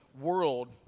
world